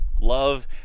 Love